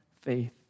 faith